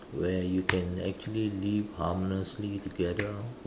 where you can actually live harmoniously together